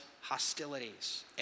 hostilities